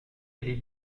elie